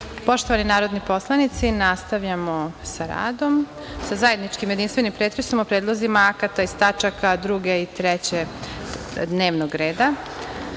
Poštovani narodni poslanici, nastavljamo sa radom, zajedničkim jedinstvenim pretresom o predlozima akata iz tač. 2. i 3. dnevnog